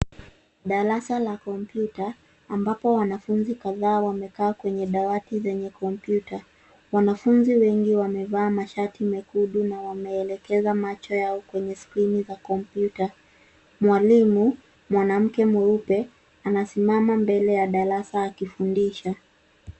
Darasa la kompyuta, ambapo wanafunzi kadhaa wamekaa kwenye dawati zenye kompyuta. Wanafunzi wengi wamevaa mashati mekundu, na wameelekeza macho yao kwenye skirini za kompyuta. Mwalimu, mwanamke mweupe, anasimama mbele ya darasa akifundisha.